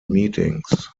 meetings